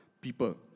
people